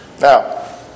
Now